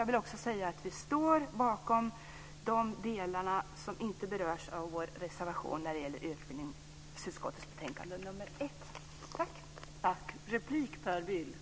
Vi står också bakom de delar som inte berörs av vår reservation när det gäller utbildningsutskottets betänkande 1.